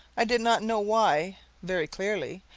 i did not know why very clearly,